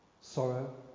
sorrow